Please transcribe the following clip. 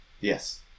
Yes